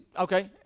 okay